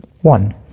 one